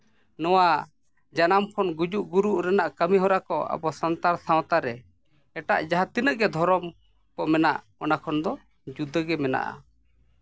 ᱱᱚᱣᱟ ᱡᱟᱱᱟᱢ ᱠᱷᱚᱱ ᱜᱩᱡᱩᱜ ᱜᱩᱨᱩᱜ ᱨᱮᱱᱟᱜ ᱠᱟᱹᱢᱤᱦᱚᱨᱟ ᱠᱚ ᱟᱵᱚ ᱥᱟᱱᱛᱟᱲ ᱥᱟᱶᱛᱟ ᱨᱮ ᱮᱴᱟᱜ ᱡᱟᱦᱟᱸ ᱛᱤᱱᱟᱹᱜ ᱜᱮ ᱫᱷᱚᱨᱚᱢ ᱢᱮᱱᱟᱜ ᱚᱱᱟ ᱠᱚ ᱠᱷᱚᱱ ᱫᱚ ᱡᱩᱫᱟᱹ ᱜᱮ ᱢᱮᱱᱟᱜᱼᱟ